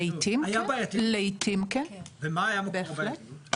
לעיתים כן, בהחלט.